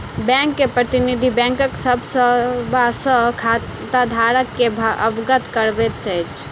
bank के प्रतिनिधि, बैंकक सभ सेवा सॅ खाताधारक के अवगत करबैत अछि